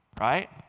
Right